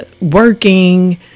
working